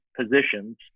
positions